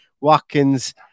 Watkins